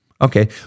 okay